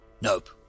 Nope